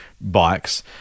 bikes